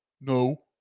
No